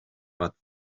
but